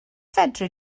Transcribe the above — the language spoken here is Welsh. fedri